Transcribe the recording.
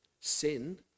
sin